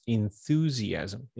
enthusiasm